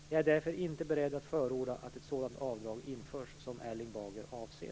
Jag är därför inte beredd att förorda att ett sådant avdrag införs som Erling Bager avser.